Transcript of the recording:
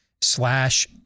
slash